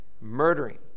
murdering